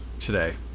today